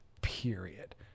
period